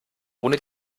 ohne